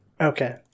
Okay